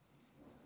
נסגר התיק?